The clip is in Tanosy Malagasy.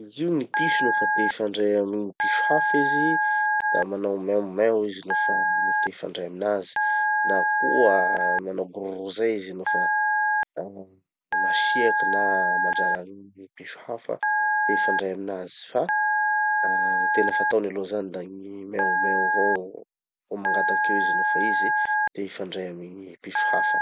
Izy io gny piso nofa te hifandray amy gny piso hafa izy da manao meo meo izy nofa te hifandray aminazy na koa manao grrr zay izy nofa ah masiaky na mandrara gny piso hafa te hifandray aminazy, fa ah gny tena fataony aloha zany da gny meo meo avao, ho mangataky io izy nofa izy te hifandray amy gny piso hafa.